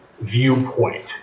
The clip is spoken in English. Viewpoint